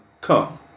come